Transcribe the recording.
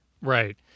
right